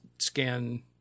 scan